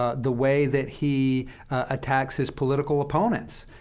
ah the way that he attacks his political opponents,